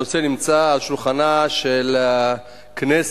הנושא נמצא על שולחנה של הכנסת